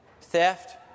theft